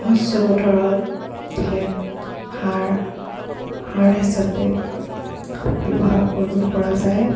শস্য পথাৰত দিলে সাৰ সাৰ হিচাপে ব্যৱহাৰ কৰিব পৰা যায়